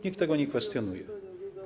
Nikt tego nie kwestionuje.